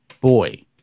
Boy